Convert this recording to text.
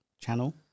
channel